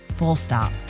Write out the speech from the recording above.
forestar